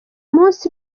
munsi